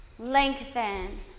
Lengthen